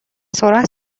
سرعت